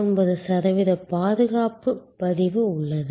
99 சதவீத பாதுகாப்பு பதிவு உள்ளது